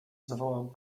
zawołał